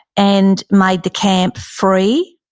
and made the camp free.